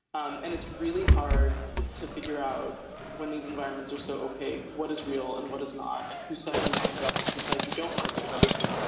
um and it's really hard to figure out when these environments are so opaque what is real and what is not and whose side you want to pick and whose side you don't want to be on.